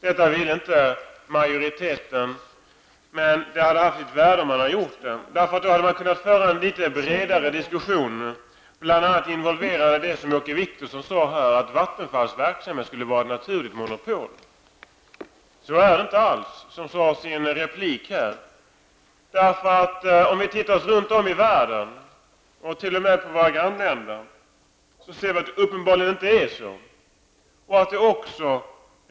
Detta ville inte utskottsmajoriteten, men det hade varit av värde om man gjort detta. Då hade vi kunnat föra en litet bredare diskussionen som bl.a. involverat det Åke Wictorsson här nämnde, nämligen att Vattenfalls verksamhet skulle vara ett naturligt monopol. Så är det inte alls, vilket sades i en replik här. Om vi ser oss runt om i världen, och t.o.m. på våra grannländer, ser vi att det uppenbarligen inte förhåller sig så.